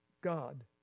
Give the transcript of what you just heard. God